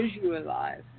visualize